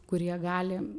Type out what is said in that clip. kurie gali